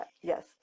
Yes